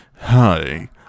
hi